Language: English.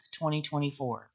2024